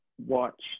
watched